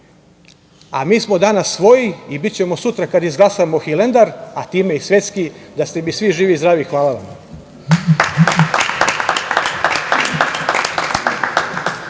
smo danas svoji i bićemo sutra, kada izglasamo Hilandar, a time i svetski. Da ste mi svi živi i zdravi, hvala vam.